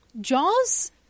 Jaws